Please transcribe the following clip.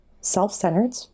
self-centered